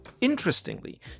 Interestingly